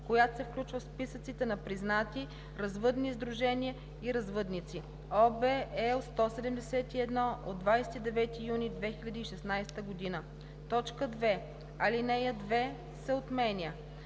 която се включва в списъците на признати развъдни сдружения и развъдници (ОВ, L 171 от 29 юни 2016 г.).“ 2. Алинея 2 се отменя.